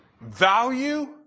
value